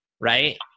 right